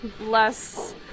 less